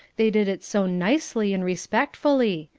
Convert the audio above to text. they did it so nicely and respectfully.